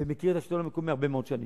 ומכיר את השלטון המקומי הרבה מאוד שנים,